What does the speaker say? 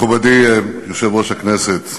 מכובדי יושב-ראש הכנסת